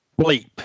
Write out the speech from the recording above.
bleep